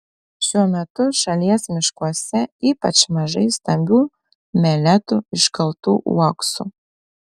šiuo metu šalies miškuose ypač mažai stambių meletų iškaltų uoksų